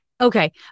Okay